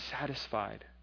satisfied